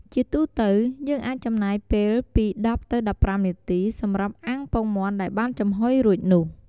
ជាទូទៅ យើងអាចចំណាយពេលពី ១០ទៅ១៥ នាទី សម្រាប់អាំងពងមាន់ដែលបានចំហុយរួចនោះ។